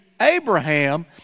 Abraham